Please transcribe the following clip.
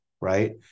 right